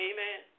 Amen